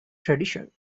tradition